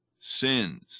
sins